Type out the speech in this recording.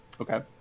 Okay